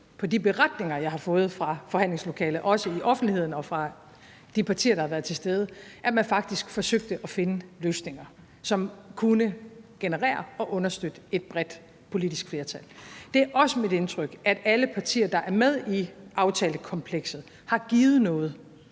fra de beretninger, jeg har fået fra forhandlingslokalet, også i offentligheden og fra de partier, der har været til stede, at man faktisk forsøgte at finde løsninger, som kunne generere og understøtte et bredt politisk flertal. Det er også mit indtryk, at alle partier, der er med i aftalekomplekset, har givet noget.